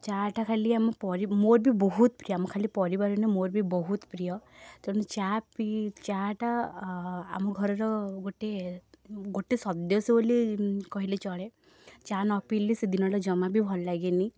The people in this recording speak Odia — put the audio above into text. ଚା'ଟା ଖାଲି ଆମ ପରି ମୋର ବି ବହୁତ ପ୍ରିୟ ଖାଲି ପରିବାରର ନୁହଁ ମୋର ବି ବହୁତ ପ୍ରିୟ ତେଣୁ ଚା' ପି ଚା'ଟା ଆମ ଘରର ଗୋଟିଏ ଗୋଟେ ସଦସ୍ୟ ବୋଲି ଉଁ କହିଲେ ଚଳେ ଚା' ନ ପିଇଲେ ସେ ଦିନଟା ଜମା ବି ଭଲଲାଗେନି